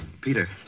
Peter